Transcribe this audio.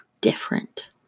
different